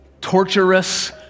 torturous